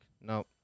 No